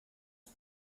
ich